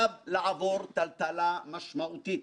חייב לעבור טלטלה משמעותית.